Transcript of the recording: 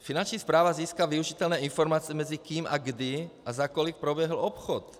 Finanční správa získá využitelné informace mezi kým, kdy a za kolik proběhl obchod.